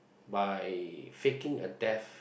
by faking a death